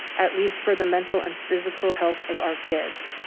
at least for the mental and physical health of our kids.